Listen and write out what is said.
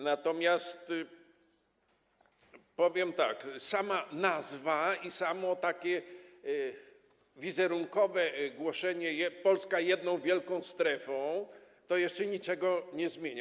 Natomiast powiem tak: sama nazwa i samo takie wizerunkowe głoszenie: Polska jedną wielką strefą niczego jeszcze nie zmienia.